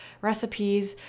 recipes